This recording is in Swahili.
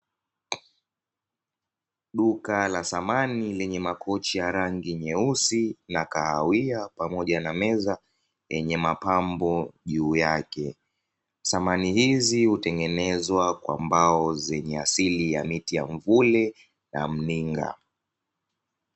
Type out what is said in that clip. Duka la samani lenye makochi ya rangi nyeusi na kahawia pamoja na meza yenye mapambo juu yake. Samani hizi hutengenezwa kwa mbao zenye asili ya miti wa mvule na mninga.